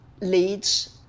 leads